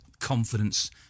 confidence